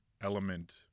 element